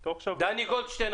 אני רציתי לומר את זה פה, ואני